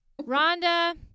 Rhonda